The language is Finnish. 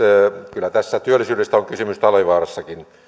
kyllä tässä työllisyydestä on kysymys talvivaarassakin siellä